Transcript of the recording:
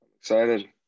excited